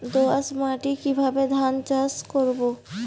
দোয়াস মাটি কিভাবে ধান চাষ করব?